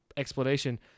explanation